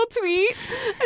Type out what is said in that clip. tweet